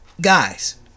guys